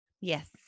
Yes